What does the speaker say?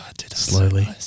slowly